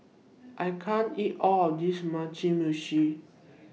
I can't eat All of This Mugi Meshi